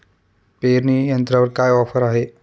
पेरणी यंत्रावर काय ऑफर आहे?